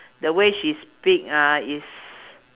the way she speak uh is